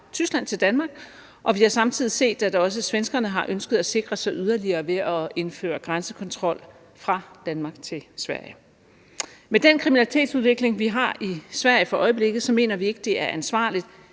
Tyskland til Danmark, og vi har samtidig set, at også svenskerne har ønsket at sikre sig yderligere ved at indføre grænsekontrol fra Danmark til Sverige. Med den kriminalitetsudvikling, vi har i Sverige for øjeblikket, mener vi ikke, det er ansvarligt